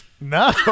No